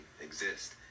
exist